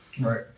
Right